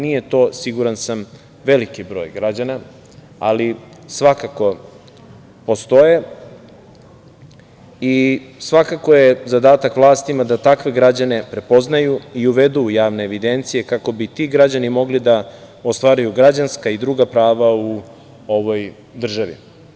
Nije to, siguran sam, veliki broj građana, ali svakako postoje i svakako je zadatak vlastima da takve građane prepoznaju i uvedu u javne evidencije, kako bi ti građani mogli da ostvaruju građanska i druga prava u ovoj državi.